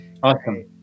Awesome